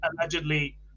allegedly